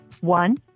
one